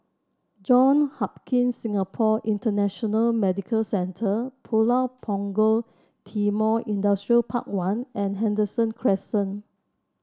Johns Hopkins Singapore International Medical Centre Pulau Punggol Timor Industrial Park One and Henderson Crescent